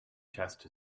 chest